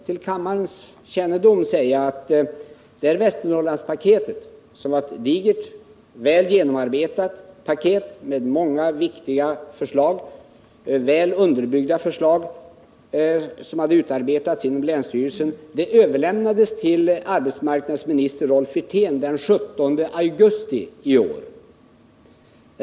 För kammarens kännedom vill jag säga att Västernorrlandspaketet — ett digert, väl genomarbetat paket med många viktiga och väl underbyggda förslag — som hade utarbetats inom länsstyrelsen, överlämnades till arbetsmarknadsminister Rolf Wirtén den 17 augusti i år.